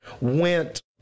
went